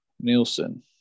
Nielsen